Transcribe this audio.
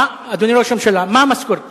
אדוני ראש הממשלה, מה המשכורת